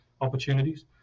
opportunities